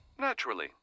Naturally